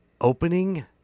Opening